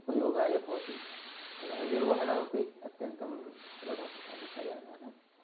उपयोगाय भवति पुनः निर्वहणमपि अत्यन्तं सुलभं तादृशयानानाम्